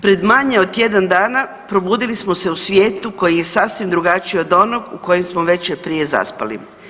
Pred manje od tjedan dana probudili smo se u svijetu koji je sasvim drugačiji od onoga u kojem smo večer prije zaspali.